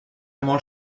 molt